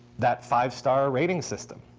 that five star rating system.